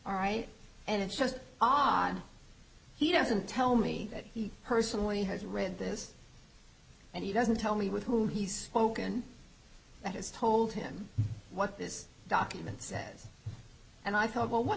all right and it's just odd he doesn't tell me that he personally has read this and he doesn't tell me with whom he's woken that has told him what this document says and i thought well what